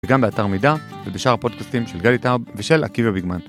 וגם באתר מידע ובשאר הפודקאסטים של גדי טאוב ושל עקיבא ביגמן.